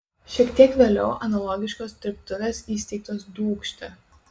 šiek tiek vėliau analogiškos dirbtuvės įsteigtos dūkšte